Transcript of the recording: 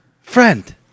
friend